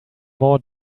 more